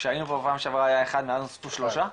כשהיינו פה פעם שעברה היה אחד, מאז נוספו שלושה?